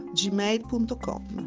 gmail.com